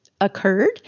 occurred